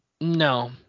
No